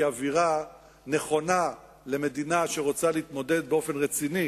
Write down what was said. אווירה נכונה למדינה שרוצה להתמודד באופן רציני